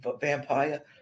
vampire